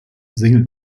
single